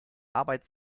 arbeit